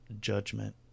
Judgment